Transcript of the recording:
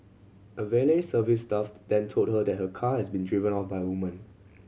a valet service staffed then told her that her car has been driven off by woman